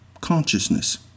consciousness